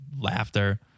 laughter